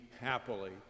happily